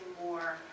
more